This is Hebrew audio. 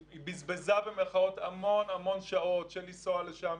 היא "בזבזה" במירכאות המון המון שעות של לנסוע לשם,